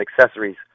accessories